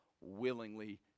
willingly